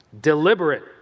deliberate